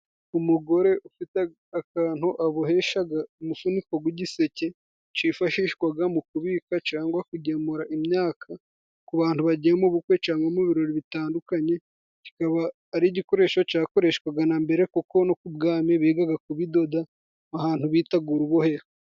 Umugore ufite akantu aboheshaga umufuniko gw' igiseke, cyifashishwaga mu kubika cyangwa kugemura imyaka ku bantu bagiye mu bukwe cyangwa mu birori bitandukanye, kikaba ari igikoresho cyakoreshwaga na mbere kuko no ku bwami bigaga kubidoda ahantu bitaga urubohero.